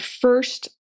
first